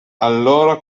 allora